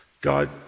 God